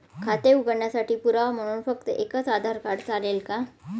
खाते उघडण्यासाठी पुरावा म्हणून फक्त एकच आधार कार्ड चालेल का?